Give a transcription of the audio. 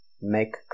make